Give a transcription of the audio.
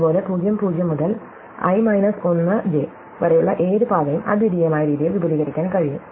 അതുപോലെ 00 മുതൽ i 1 j വരെയുള്ള ഏത് പാതയും അദ്വിതീയമായ രീതിയിൽ വിപുലീകരിക്കാൻ കഴിയും